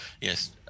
yes